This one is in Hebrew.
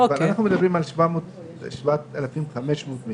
אבל אנחנו מדברים על 7,500 מקרים,